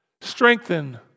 Strengthen